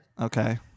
Okay